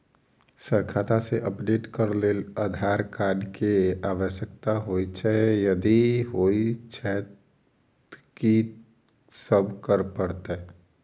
Sir खाता केँ update करऽ लेल आधार कार्ड केँ आवश्यकता होइ छैय यदि होइ छैथ की सब करैपरतैय?